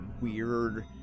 weird